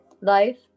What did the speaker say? life